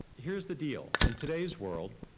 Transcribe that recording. here's the deal, in today's world,